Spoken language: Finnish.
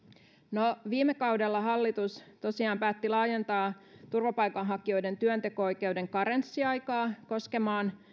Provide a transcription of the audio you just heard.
no viime kaudella hallitus tosiaan päätti laajentaa turvapaikanhakijoiden työnteko oikeuden karenssiaikaa koskemaan